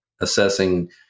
assessing